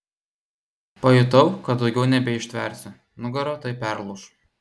pajutau kad daugiau nebeištversiu nugara tuoj perlūš